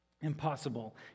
Impossible